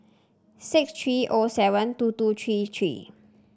six three O seven two two three three